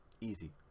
Easy